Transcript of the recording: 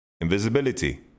Invisibility